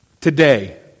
Today